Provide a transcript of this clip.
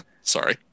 Sorry